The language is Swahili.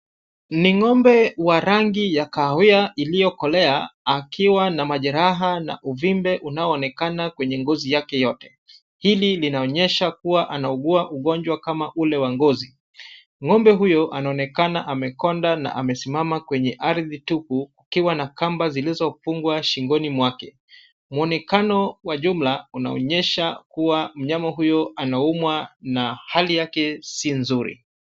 Ni ng'ombe wa rangi ya kahawia iliyo kolea akiwa na majeraha na uvimbe unao onekana kwenye ngozi yake yote. Hili linaonyesha kua anaugua ugonjwa kama ule wa ngozi. Ng'ombe huyo ana onekana amekonda na amesimama kwenye ardhi tupu akiwa na kamba zilizofungwa shingoni mwake. Mwonekano wa jumla unaonyesha kuwa mnyama huyu anaumwa na hali yake si nzuri.